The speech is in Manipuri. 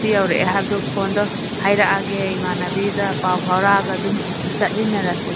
ꯁꯤ ꯌꯧꯔꯛꯑꯦ ꯍꯥꯏꯕꯗꯨ ꯐꯣꯟꯗ ꯍꯥꯏꯔꯛꯑꯒꯦ ꯏꯃꯥꯟꯅꯕꯤꯗ ꯄꯥꯎ ꯐꯥꯎꯔꯑꯒ ꯑꯗꯨꯝ ꯆꯠꯃꯤꯟꯅꯔꯁꯤ